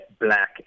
black